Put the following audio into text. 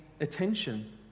attention